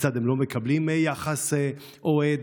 כיצד הם לא מקבלים יחס אוהד.